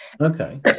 okay